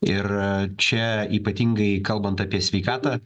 ir čia ypatingai kalbant apie sveikatą